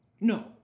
No